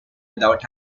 without